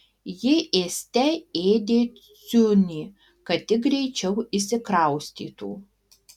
ji ėste ėdė ciunį kad tik greičiau išsikraustytų